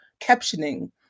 captioning